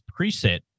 preset